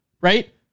right